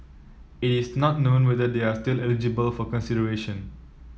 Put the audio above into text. it is not known whether they are still eligible for consideration